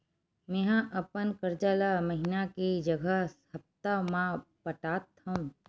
मेंहा अपन कर्जा ला महीना के जगह हप्ता मा पटात हव